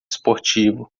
esportivo